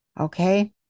Okay